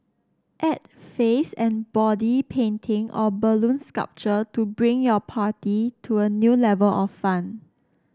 add face and body painting or balloon sculpture to bring your party to a new level of fun